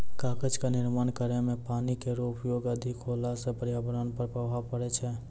कागज क निर्माण करै म पानी केरो प्रयोग अधिक होला सँ पर्यावरण पर प्रभाव पड़ै छै